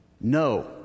No